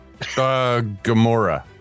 Gamora